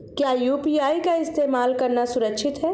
क्या यू.पी.आई का इस्तेमाल करना सुरक्षित है?